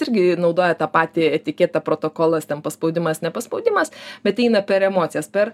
irgi naudoja tą patį etiketą protokolas ten paspaudimas nepaspaudimas bet eina per emocijas per